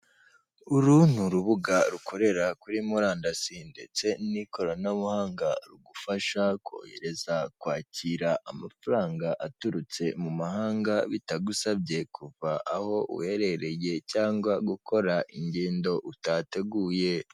Uru ni urubuga rukorera kuri murandasi ndetse n'ikoranabuhanga rugufasha kohereza, kwakira amafaranga aturutse mu mahanga bitagusabye kuva aho uherereye cyangwa gukora ingendo utateguye.